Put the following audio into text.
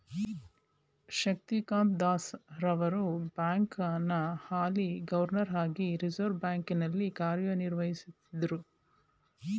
ಶಕ್ತಿಕಾಂತ್ ದಾಸ್ ರವರು ಬ್ಯಾಂಕ್ನ ಹಾಲಿ ಗವರ್ನರ್ ಹಾಗಿ ರಿವರ್ಸ್ ಬ್ಯಾಂಕ್ ನಲ್ಲಿ ಕಾರ್ಯನಿರ್ವಹಿಸುತ್ತಿದ್ದ್ರು